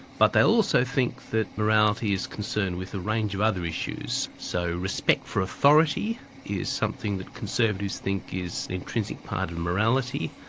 but they also think that morality is concerned with a range of other issues, so respect for authority is something that conservatives think is an intrinsic part of morality,